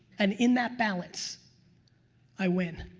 and in that balance i win.